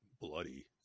bloody